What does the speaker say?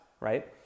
right